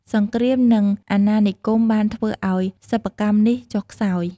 សង្គ្រាម និងអាណានិគមបានធ្វើឱ្យសិប្បកម្មនេះចុះខ្សោយ។